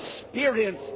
experience